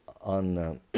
on